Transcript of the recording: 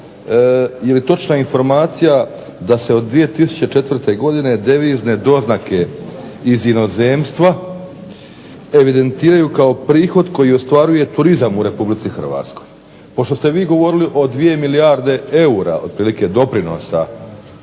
je li točna informacija da se od 2004. godine devizne doznake iz inozemstva evidentiraju kao prihod koji ostvaruje turizam u RH. Pošto ste vi govorili o 2 milijarde eura otprilike doprinosa